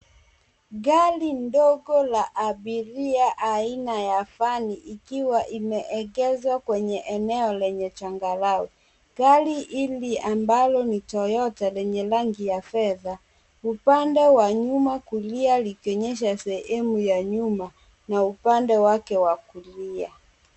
Gari ndogo la abiria aina ya van ikiwa imeegeshwa kwenye eneo lenye changarawe, gari hili ambalo ni toyota lenye rangi ya fedha , upande wa nyuma kulia likionyesha sehemu ya nyuma na upande wake wa kulia.